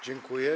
Dziękuję.